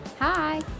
Hi